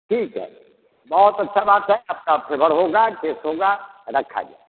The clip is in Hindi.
ठीक है बहुत अच्छी बात है सबका फेभर होगा केस होगा रखा जाए